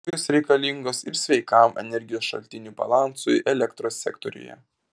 dujos reikalingos ir sveikam energijos šaltinių balansui elektros sektoriuje